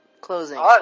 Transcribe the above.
closing